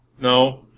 No